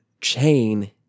chain